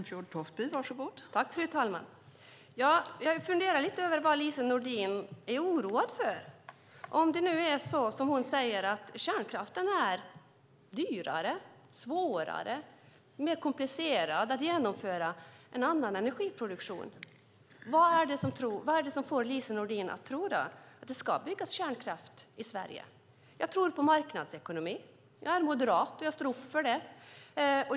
Fru talman! Jag funderar lite grann på vad det är Lise Nordin oroar sig för. Om det nu är så som hon säger, nämligen att kärnkraften är dyrare, svårare och mer komplicerad att genomföra än annan energiproduktion, undrar jag vad det är som får Lise Nordin att tro att det ska byggas kärnkraft i Sverige. Jag tror på marknadsekonomin. Jag är moderat och står upp för det.